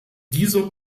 dieser